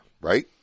Right